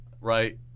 Right